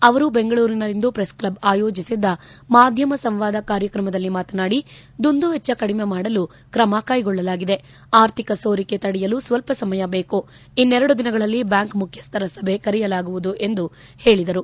ಅವರು ಬೆಂಗಳೂರಿನಲ್ಲಿಂದು ಪ್ರೆಸ್ಕ್ಷಬ್ ಆಯೋಜಿಸಿದ್ದ ಮಾಧ್ಯಮ ಸಂವಾದ ಕಾರ್ಯತ್ರಮದಲ್ಲಿ ಮಾತನಾಡಿ ದುಂದು ವೆಚ್ಚ ಕಡಿಮೆ ಮಾಡಲು ಕ್ರಮ ಕೈಗೊಳ್ಳಲಾಗಿದೆ ಆರ್ಥಿಕ ಸೋರಿಕೆ ತಡೆಯಲು ಸ್ವಲ್ಪ ಸಮಯ ಬೇಕು ಇನ್ನೆರಡು ದಿನಗಳಲ್ಲಿ ಬ್ದಾಂಕ್ ಮುಖ್ಯಸ್ಥರ ಸಭೆ ಕರೆಯಲಾಗುವುದು ಎಂದು ಹೇಳಿದರು